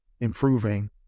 improving